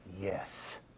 yes